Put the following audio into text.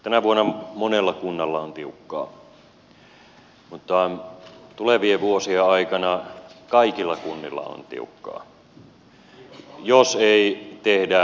tänä vuonna monella kunnalla on tiukkaa mutta tulevien vuosien aikana kaikilla kunnilla on tiukkaa jos ei tehdä rakenteellisia muutoksia